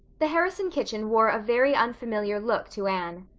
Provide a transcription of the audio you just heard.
the harrison kitchen wore a very unfamiliar look to anne.